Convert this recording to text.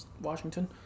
Washington